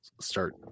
start